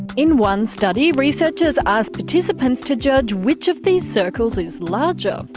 in one study, researchers asked participants to judge which of these circles is larger.